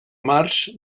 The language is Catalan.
març